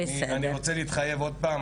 אני רוצה להתחייב עוד פעם.